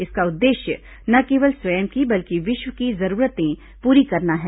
इसका उद्देश्य न केवल स्वयं की बल्कि विश्व की जरूरतें पूरी करना है